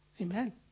Amen